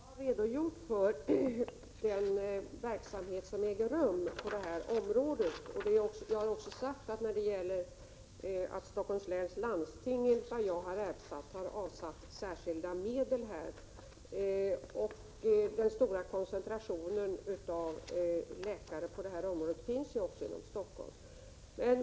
Herr talman! Jag har i mitt svar redogjort för den verksamhet som ännu pågår på det här området. Jag har också sagt att när det gäller Stockholms län så har landstinget avsatt särskilda medel härför. Den stora koncentrationen av läkare verksamma inom detta område finns ju också i Stockholms län.